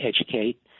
educate